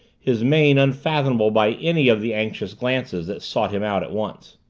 his mien unfathomable by any of the anxious glances that sought him out at once.